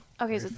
Okay